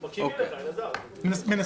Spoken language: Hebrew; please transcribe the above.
לא.